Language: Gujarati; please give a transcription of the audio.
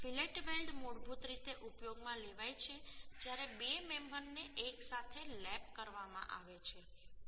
ફિલેટ વેલ્ડ મૂળભૂત રીતે ઉપયોગમાં લેવાય છે જ્યારે 2 મેમ્બરને એકસાથે લેપ કરવામાં આવે છે